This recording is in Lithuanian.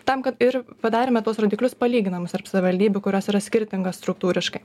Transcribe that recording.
tam kad ir padarėme tuos rodiklius palyginamus tarp savivaldybių kurios yra skirtingos struktūriška